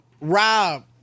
Rob